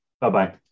bye-bye